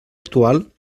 actual